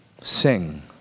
Sing